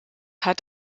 hat